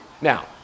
Now